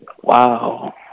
Wow